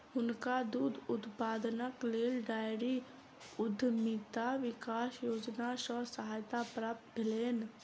हुनका दूध उत्पादनक लेल डेयरी उद्यमिता विकास योजना सॅ सहायता प्राप्त भेलैन